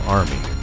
army